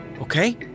okay